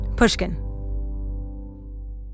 pushkin